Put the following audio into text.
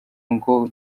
ngo